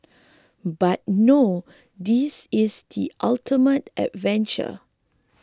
but no this is the ultimate adventure